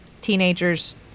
teenagers